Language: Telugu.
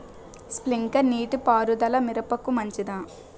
స్ప్రింక్లర్ నీటిపారుదల మిరపకు మంచిదా?